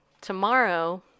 Tomorrow